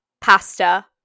pasta